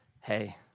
hey